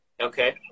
Okay